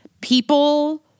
people